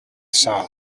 saw